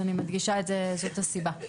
אז אני מדגישה את זה, זאת הסיבה.